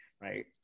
right